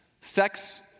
sex